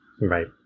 Right